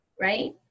right